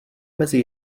mezi